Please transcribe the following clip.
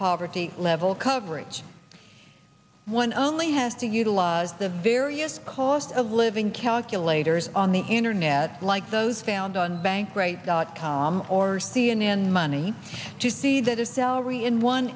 poverty level coverage one only has to utilize the various cost of living calculators on the internet like those found on bankrate dot com or c n n money to see that a dowry in one